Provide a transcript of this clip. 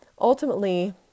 Ultimately